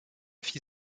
fille